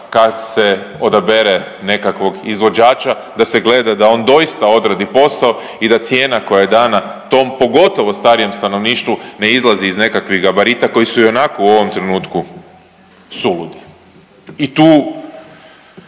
kad se odabere nekakvog izvođača da se gleda da on doista odradi posao i da cijena koja dana tom, pogotovo starijem stanovništvu, ne izlazi iz nekakvih gabarita koji su ionako u ovom trenutku suludi i tu